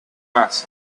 mass